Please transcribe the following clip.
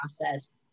process